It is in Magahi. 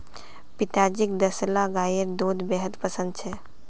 पिताजीक देसला गाइर दूध बेहद पसंद छेक